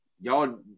y'all